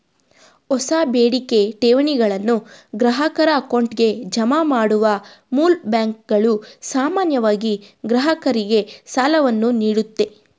ಹೊಸ ಬೇಡಿಕೆ ಠೇವಣಿಗಳನ್ನು ಗ್ರಾಹಕರ ಅಕೌಂಟ್ಗೆ ಜಮಾ ಮಾಡುವ ಮೂಲ್ ಬ್ಯಾಂಕ್ಗಳು ಸಾಮಾನ್ಯವಾಗಿ ಗ್ರಾಹಕರಿಗೆ ಸಾಲವನ್ನು ನೀಡುತ್ತೆ